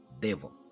devil